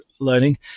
learning